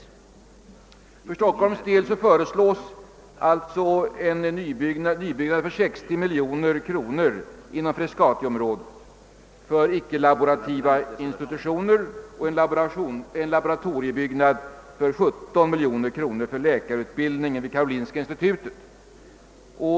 För Stockholms del föreslås alltså en nybyggnad för 60 miljoner kronor inom frescatiområdet för icke-laborativa institutioner och en laboratoriebyggnad för 17 miljoner kronor för läkarutbildningen vid karolinska institutet.